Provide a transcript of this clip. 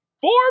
Four